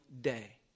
day